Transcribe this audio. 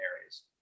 areas